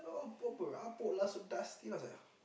oh bor~ berhabuk lah so dusty then I was like